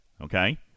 Okay